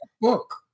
book